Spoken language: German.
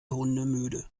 hundemüde